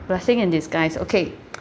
blessing in disguise okay